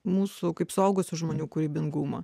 mūsų kaip suaugusių žmonių kūrybingumą